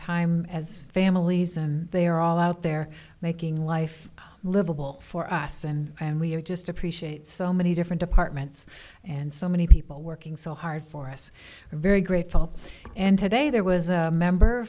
time as families and they are all out there making life livable for us and and we're just appreciate so many different departments and so many people working so hard for us i'm very grateful and today there was a member